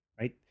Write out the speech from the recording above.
right